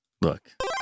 look